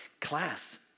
class